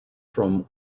from